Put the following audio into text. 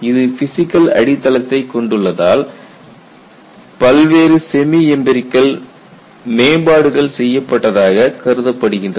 இது பிசிகல் அடித்தளத்தை கொண்டுள்ளதால் பல்வேறு செமி எம்பிரிகல் மேம்பாடுகள் செய்யப்பட்டதாக கருதப்படுகின்றது